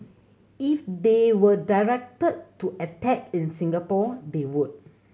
if they were directed to attack in Singapore they would